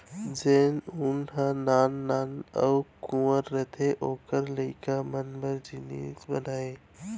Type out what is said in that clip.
जेन ऊन ह नान नान अउ कुंवर रथे ओकर लइका मन बर जिनिस बनाथे